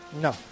No